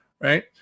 right